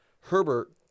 Herbert